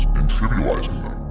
and trivializing